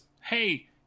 hey